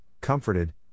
comforted